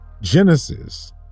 Genesis